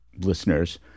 listeners